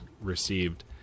received